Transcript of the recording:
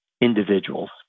individuals